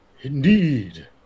Indeed